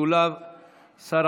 במשולב שר